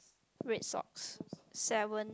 red socks seven